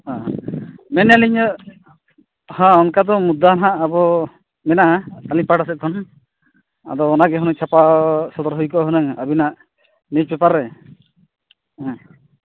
ᱦᱮᱸ ᱢᱮᱱᱟᱞᱤᱧ ᱦᱚᱸ ᱚᱱᱠᱟ ᱫᱚ ᱵᱟᱝ ᱦᱟᱸᱜ ᱟᱵᱚ ᱢᱮᱱᱟᱜᱼᱟ ᱟᱹᱞᱤᱧ ᱯᱟᱦᱴᱟ ᱥᱮᱫ ᱠᱷᱚᱱ ᱟᱫᱚ ᱚᱱᱟ ᱜᱮ ᱦᱩᱱᱟᱹᱝ ᱪᱷᱟᱯᱟ ᱥᱚᱫᱚᱨ ᱦᱩᱭ ᱠᱚᱜᱼᱟ ᱦᱩᱱᱟᱹᱝ ᱟᱵᱤᱱᱟᱜ ᱱᱤᱭᱩᱡᱽ ᱯᱮᱯᱟᱨ ᱨᱮ ᱚᱱᱟ